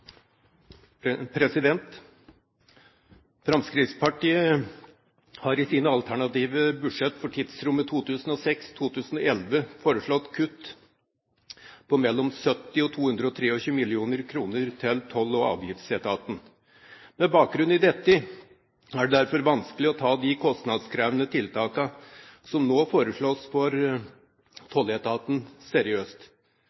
vedtatt. Fremskrittspartiet har i sine alternative budsjett for tidsrommet 2006–2011 foreslått kutt på mellom 70 og 223 mill. kr til Toll- og avgiftsetaten. Med bakgrunn i dette er det derfor vanskelig å ta de kostnadskrevende tiltakene som nå foreslås for